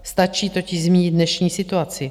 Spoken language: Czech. Stačí totiž zmínit dnešní situaci.